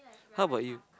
how about you